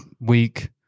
week